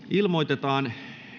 ilmoitetaan